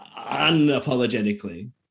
unapologetically